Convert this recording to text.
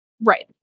Right